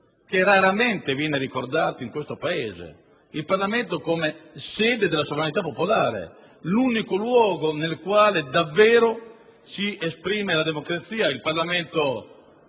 che raramente viene ricordata in questo Paese, come sede della sovranità popolare e unico luogo nel quale davvero si esprime la democrazia. Parlamento